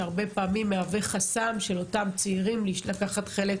שהרבה פעמים מהווה חסם של אותם צעירים לקחת חלק